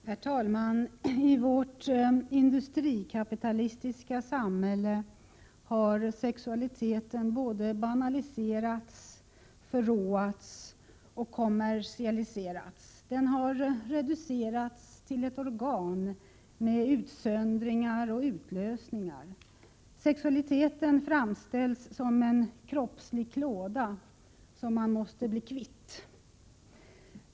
Herr talman! I vårt industrikapitalistiska samhälle har sexualiteten både banaliserats, förråats och kommersialiserats. Den har reducerats till ett organ med utsöndringar och utlösningar. Sexualiteten framställs som en kroppslig klåda som man måste bli kvitt.